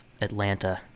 Atlanta